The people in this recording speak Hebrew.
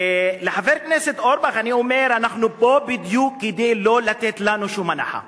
לחבר כנסת אורבך אני אומר: אנחנו פה בדיוק כדי לא לתת לנו שום הנחה.